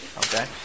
Okay